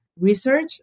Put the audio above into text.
research